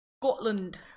Scotland